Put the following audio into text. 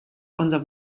unser